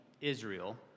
Israel